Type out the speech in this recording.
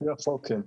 לפי החוק, כן.